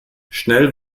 schnell